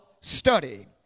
study